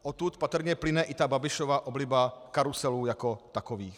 Odtud patrně plyne i ta Babišova obliba karuselů jako takových.